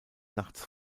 nachts